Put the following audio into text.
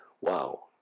wow